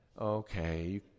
Okay